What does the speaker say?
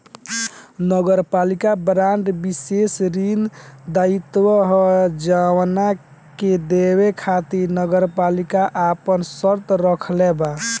नगरपालिका बांड विशेष ऋण दायित्व ह जवना के देवे खातिर नगरपालिका आपन शर्त राखले बा